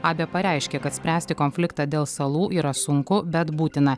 abė pareiškė kad spręsti konfliktą dėl salų yra sunku bet būtina